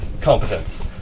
competence